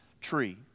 tree